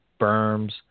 berms